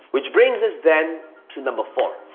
which brings us then to number four.